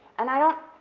and i don't,